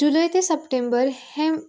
जुलय ते सप्टेंबर हे